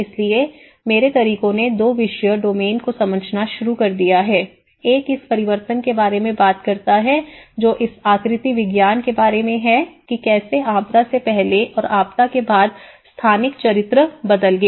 इसलिए मेरे तरीकों ने दो विषय डोमेन को समझना शुरू कर दिया है एक इस परिवर्तन के बारे में बात करता है जो इस आकृति विज्ञान के बारे में है कि कैसे आपदा से पहले और आपदा के बाद स्थानिक चरित्र बदल गया